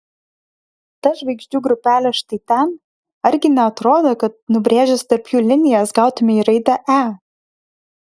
ta žvaigždžių grupelė štai ten argi neatrodo kad nubrėžęs tarp jų linijas gautumei raidę e